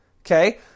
Okay